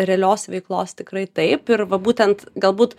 realios veiklos tikrai taip ir va būtent galbūt